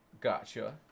Gotcha